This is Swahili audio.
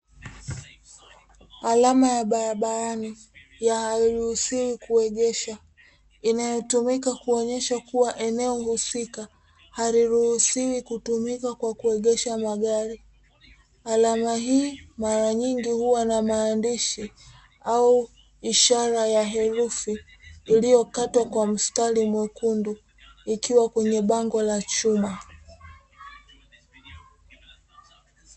Alama ya barabarani ya "hairuhusiwi kuegesha", inayotumika kuonyesha kuwa eneo husika haliruhusiwi kutumika kwa kuegesha magari. Alama hii mara nyingi huwa na maandishi au ishara ya herufi iliyokatwa kwa mstari mwekundu, ikiwa kwenye bango la chuma.